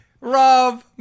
Rob